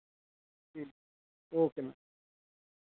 ji okay ma'am